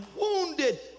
wounded